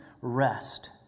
rest